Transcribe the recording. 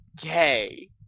gay